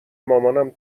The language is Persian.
مامانم